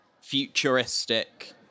futuristic